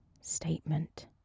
statement